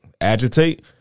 agitate